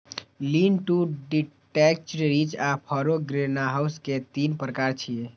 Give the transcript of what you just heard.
lean to detached, ridge आ furrow greenhouse के तीन प्रकार छियै